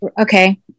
Okay